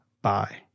Bye